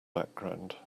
background